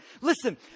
listen